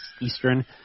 Eastern